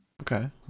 Okay